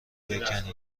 بکنی